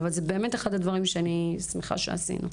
אבל זה באמת אחד הדברים שאני שמחה שעשינו.